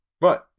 right